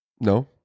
No